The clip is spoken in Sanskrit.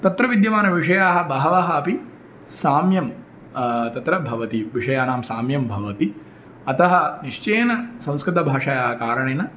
तत्र विद्यमानविषयाः बहवः अपि साम्यं तत्र भवति विषयाणां साम्यं भवति अतः निश्चयेन संस्कृतभाषायाः कारणेन